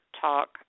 Talk